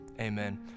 Amen